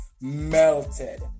melted